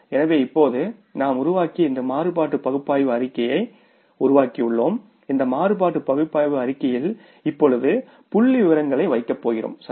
எனவே இப்போது நாம் உருவாக்கிய இந்த மாறுபாடு பகுப்பாய்வு அறிக்கையை உருவாக்கியுள்ளோம் இந்த மாறுபாடு பகுப்பாய்வு அறிக்கையில் இப்போது புள்ளிவிவரங்களை வைக்கப் போகிறோம் சரி